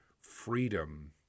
freedom